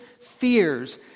fears